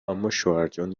اماشوهرجان